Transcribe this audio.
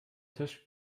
tisch